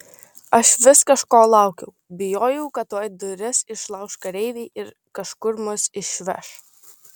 aš vis kažko laukiau bijojau kad tuoj duris išlauš kareiviai ir kažkur mus išveš